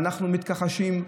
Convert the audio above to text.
ואנחנו מתכחשים,